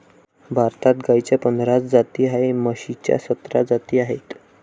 भारतात गाईच्या पन्नास जाती आणि म्हशीच्या सतरा जाती आहेत